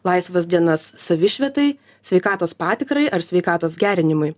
laisvas dienas savišvietai sveikatos patikrai ar sveikatos gerinimui